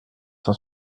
cent